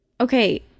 okay